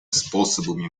способами